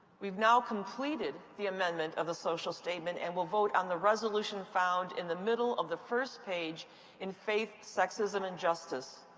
we have now completed the amendment of the social statement and will vote on the resolution found in the middle of the first page in faith, sexism and justice.